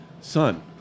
Son